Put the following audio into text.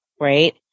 right